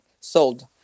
sold